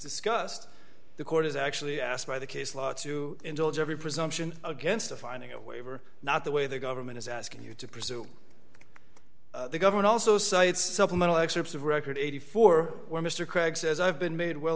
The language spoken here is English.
discussed the court is actually asked by the case law to indulge every presumption against a finding a waiver not the way the government is asking you to pursue the government also cites supplemental excerpts of record eighty four where mr craig says i've been made well